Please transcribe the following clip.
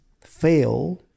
fail